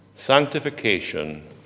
Sanctification